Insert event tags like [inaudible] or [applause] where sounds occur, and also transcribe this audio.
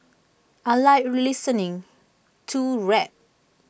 I Like [unintelligible] listening to rap